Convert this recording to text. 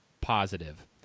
positive